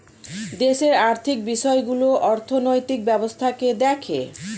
দেশের আর্থিক বিষয়গুলো অর্থনৈতিক ব্যবস্থাকে দেখে